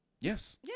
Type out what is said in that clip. Yes